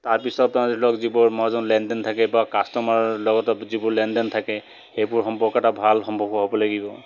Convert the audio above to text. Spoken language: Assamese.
তাৰপিছত ধৰি লওক যিবোৰ মই এজন লেনদেন থাকে বা কাষ্টমাৰ লগতো যিবোৰ লেনদেন থাকে সেইবোৰ সম্পৰ্ক এটা ভাল সম্পৰ্ক হ'ব লাগিব